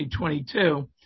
2022